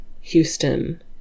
Houston